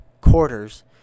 quarters